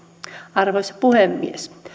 arvoisa puhemies